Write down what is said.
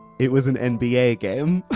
it was an an nba game.